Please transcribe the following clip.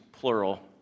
plural